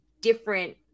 different